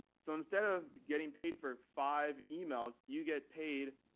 so instead of getting paid for five emails, you get paid,